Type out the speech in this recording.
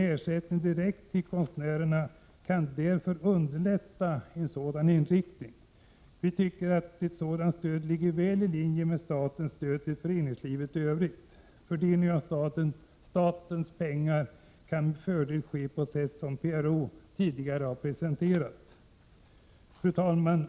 Ersättning direkt till konstnärerna kan därför underlätta en sådan inriktning. Vi tycker att ett sådant stöd ligger väl i linje med statens stöd till föreningslivet i övrigt. Fördelningen av statens pengar kan med fördel ske på det sätt som PRO tidigare har presenterat. Fru talman!